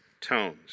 tones